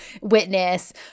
witness